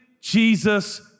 Jesus